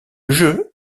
jeu